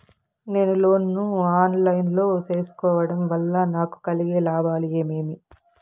నేను లోను ను online లో సేసుకోవడం వల్ల నాకు కలిగే లాభాలు ఏమేమీ?